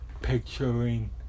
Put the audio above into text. picturing